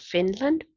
Finland